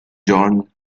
john